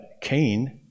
Cain